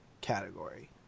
category